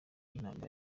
y’intambara